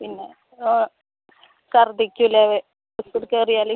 പിന്നെ ഛർദിക്കില്ലേ ബസ്സിൽ കയറിയാൽ